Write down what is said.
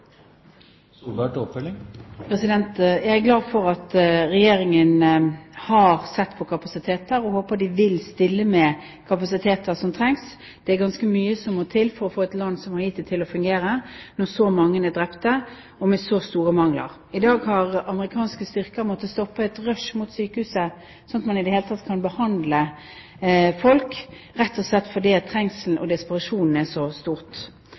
Jeg er glad for at Regjeringen har sett på kapasiteter, og håper de vil stille med kapasiteter som trengs. Det er ganske mye som må til for å få et land som Haiti til å fungere, med så mange drepte og med så store mangler. I dag har amerikanske styrker måttet stoppe et rush mot sykehuset, slik at man i det hele tatt kan behandle folk, rett og slett fordi trengselen og desperasjonen er så